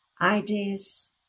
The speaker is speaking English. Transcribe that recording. ideas